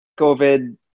COVID